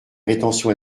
rétention